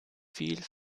viel